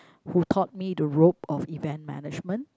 who taught me to rope of event management